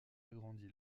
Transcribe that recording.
agrandi